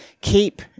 keep